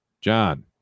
John